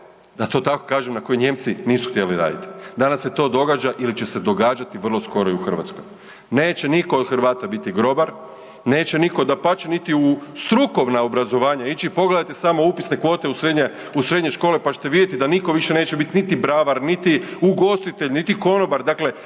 da to tako kažem, na koje Nijemci nisu htjeli raditi. Danas se to događa ili će se događati vrlo skoro i u Hrvatskoj. Neće nitko od Hrvata biti grobar, neće nitko, dapače, niti u strukovna obrazovanja ići, pogledajte samo upisne kvote u srednje škole pa ćete vidjeti da nitko više neće biti niti bravar niti ugostitelj niti konobar, dakle